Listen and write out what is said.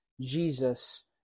Jesus